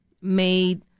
made